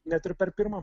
net ir per pirmą